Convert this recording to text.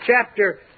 chapter